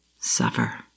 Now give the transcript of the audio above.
suffer